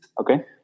Okay